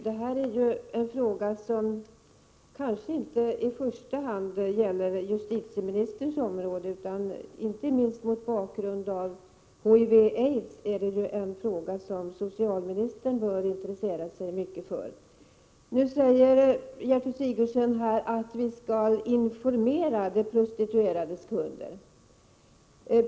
Detta är ju en fråga som kanske inte i första hand gäller justitieministerns område utan som, inte minst mot bakgrund av HIV och aids, socialministern bör intressera sig mycket för. Gertrud Sigurdsen säger nu att de prostituerades kunder skall informeras.